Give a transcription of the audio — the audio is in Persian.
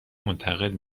منتقل